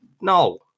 No